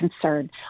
concern